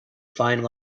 fine